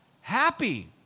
happy